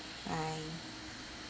bye